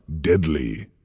Deadly